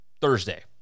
Thursday